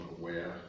aware